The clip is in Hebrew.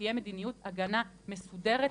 ותהיה מדיניות הגנה מסודרת,